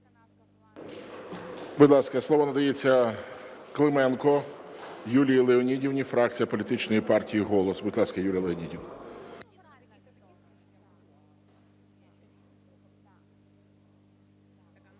Будь ласка, слово надається Клименко Юлії Леонідівні, фракція політичної партії "Голос". Будь ласка, Юлія Леонідівна.